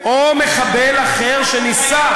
או מחבל אחר שניסה,